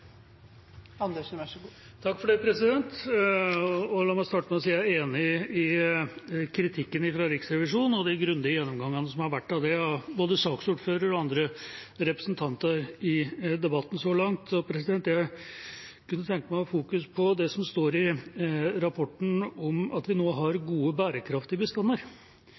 enig i kritikken fra Riksrevisjonen og de grundige gjennomgangene som har vært av den, av både saksordføreren og andre representanter, i debatten så langt. Jeg kunne tenke meg å fokusere på det som står i rapporten om at vi nå har gode, bærekraftige bestander.